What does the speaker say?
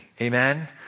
Amen